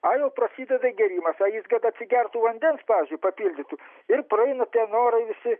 a jau prasideda gėrimas a jis kad atsigertų vandens pavyzdžiui papildytų ir praeina tie norai visi